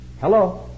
Hello